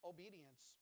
Obedience